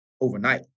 overnight